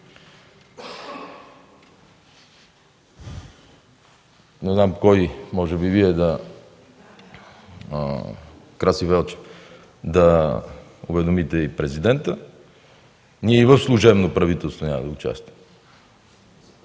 Не знам кой, може би Вие, Краси Велчев, да уведомите и Президента – ние и в служебно правителство няма да участваме.